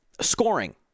scoring